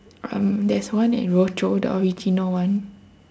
um there's one in rochor the original one